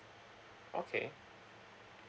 okay